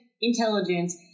intelligence